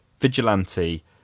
vigilante